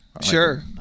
Sure